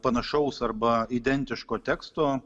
panašaus arba identiško teksto